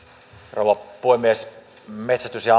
rouva puhemies metsästys ja